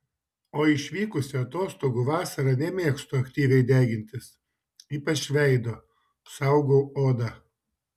o išvykusi atostogų vasarą nemėgstu aktyviai degintis ypač veido saugau odą